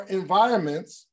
environments